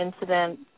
incident